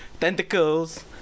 Tentacles